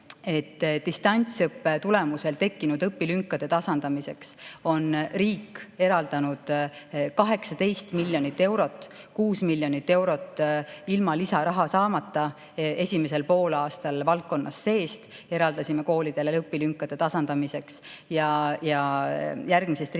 distantsõppe tulemusel tekkinud õpilünkade tasandamiseks on riik eraldanud 18 miljonit eurot. Ja 6 miljonit eurot ilma lisaraha saamata me esimesel poolaastal eraldasime valdkonna seest koolidele õpilünkade tasandamiseks ning järgmisest